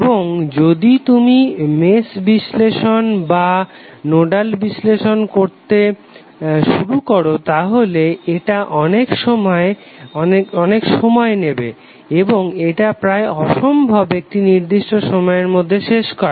এবং যদি তুমি মেশ বিশ্লেষণ বা নোডাল বিশ্লেষণ করতে শুরু করো তাহলে এটা অনেক সময় নেবে এবং এটা প্রায় অসম্ভব একটি নির্দিষ্ট সময়ের মধ্যে শেষ করা